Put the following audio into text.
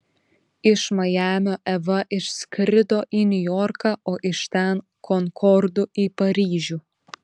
iš majamio eva išskrido į niujorką o iš ten konkordu į paryžių